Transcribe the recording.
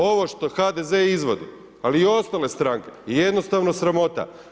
Ovo što HDZ izvodi, ali i ostale stranke je jednostavno sramota.